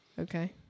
Okay